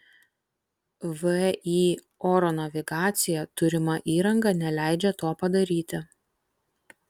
vį oro navigacija turima įranga neleidžia to padaryti